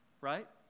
right